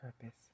purpose